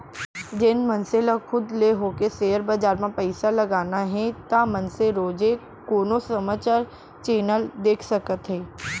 जेन मनसे ल खुद ले होके सेयर बजार म पइसा लगाना हे ता मनसे रोजे कोनो समाचार चैनल देख सकत हे